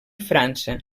frança